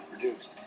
produced